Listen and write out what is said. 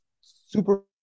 super